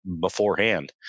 beforehand